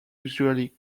usually